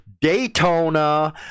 Daytona